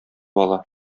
ала